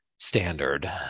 standard